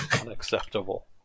Unacceptable